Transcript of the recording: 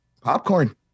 Popcorn